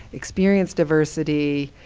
experience diversity,